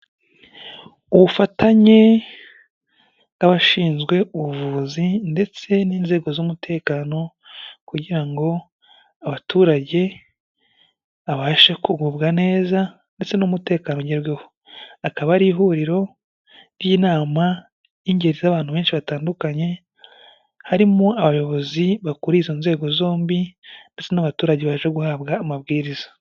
Ubufatanye bw'abashinzwe ubuvuzi ndetse n'inzego z'umutekano kugira ngo abaturage babashe kugubwa neza ndetse n'umutekano ugerweho, akaba ari ihuriro ry'inama y'ingeri z'abantu benshi batandukanye, harimo abayobozi bakuriye izo nzego zombi ndetse n'abaturage baje guhabwa amabwiriza.